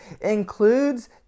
includes